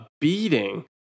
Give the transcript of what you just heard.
beating